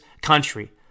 country